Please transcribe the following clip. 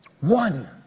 one